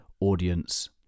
audience